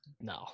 No